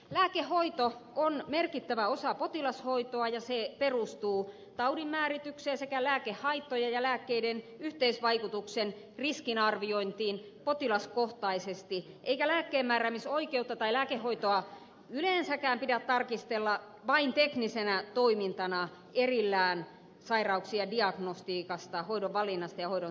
lääkehoito on merkittävä osa potilashoitoa ja se perustuu taudinmääritykseen sekä lääkehaittojen ja lääkkeiden yhteisvaikutuksen riskinarviointiin potilaskohtaisesti eikä lääkkeenmääräämisoikeutta tai lääkehoitoa yleensäkään pidä tarkistella vain teknisenä toimintana erillään sairauksien diagnostiikasta hoidon valinnasta ja hoidon seurauksista